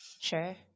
Sure